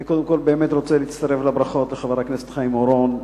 אני קודם כול באמת רוצה להצטרף לברכות לחבר הכנסת חיים אורון.